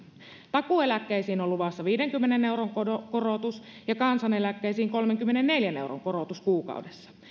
takuueläkkeisiin on luvassa viidenkymmenen euron korotus ja kansaneläkkeisiin kolmenkymmenenneljän euron korotus kuukaudessa